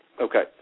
Okay